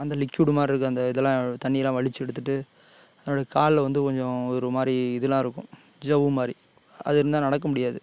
அந்த லிக்யூடு மாதிரி இருக்க அந்த இதெல்லாம் தண்ணியெல்லாம் வழிச்சு எடுத்துவிட்டு அதனோட காலில் வந்து கொஞ்சம் ஒரு மாதிரி இதெலாம் இருக்கும் ஜவ்வு மாதிரி அது இருந்தால் நடக்க முடியாது